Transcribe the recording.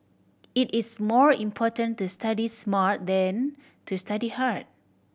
it is more important to study smart than to study hard